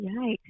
yikes